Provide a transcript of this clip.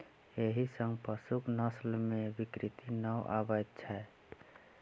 एहि सॅ पशुक नस्ल मे विकृति नै आबैत छै